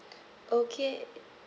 okay